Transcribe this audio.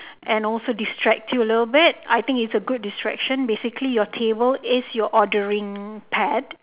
and also distract you a little bit I think is a good distraction basically your table is your ordering pad